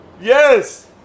Yes